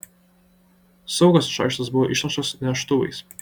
saugas iš aikštės buvo išneštas neštuvais